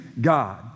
God